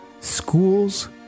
schools